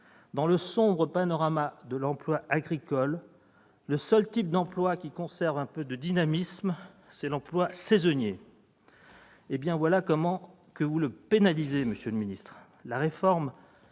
Dans le sombre panorama de l'emploi agricole, le seul type d'emploi qui conserve un peu de dynamisme, c'est l'emploi saisonnier. Eh bien, voilà que vous le pénalisez, monsieur le ministre ! La réforme